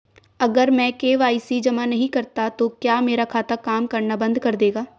अगर मैं के.वाई.सी जमा नहीं करता तो क्या मेरा खाता काम करना बंद कर देगा?